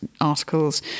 articles